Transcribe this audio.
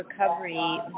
recovery